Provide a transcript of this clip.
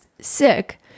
sick